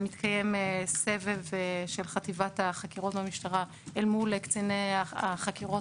מתקיים סבב של חטיבת החקירות במשטרה אל מול קציני החקירות